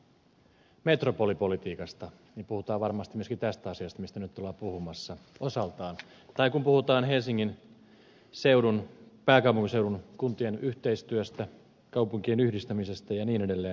kun puhutaan metropolipolitiikasta niin puhutaan varmasti myöskin tästä asiasta josta nyt ollaan puhumassa osaltaan tai kun puhutaan helsingin seudun pääkaupunkiseudun kuntien yhteistyöstä kaupunkien yhdistämisestä ja niin edelleen